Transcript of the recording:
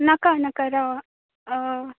नाका नाका राव